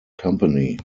company